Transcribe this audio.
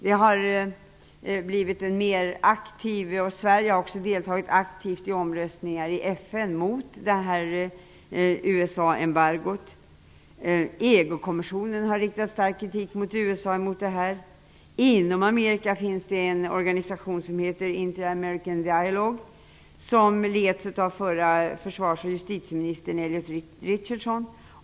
Vi har blivit mer aktiva och Sverige har också aktivt deltagit i omröstningar i FN mot USA-embargot. EG-kommissionen har också till USA riktat stark kritik mot detta. Inom Amerika finns en organisation som heter Interamerican Dialog, som leds av förre försvars och justitieministern Elliot Richardson.